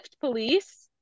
police